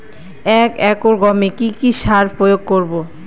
এক একর গমে কি কী সার প্রয়োগ করব?